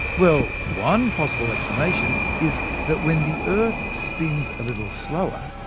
well, one possible explanation is that when the earth spins a little slower,